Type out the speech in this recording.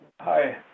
hi